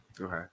okay